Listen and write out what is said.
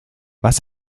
was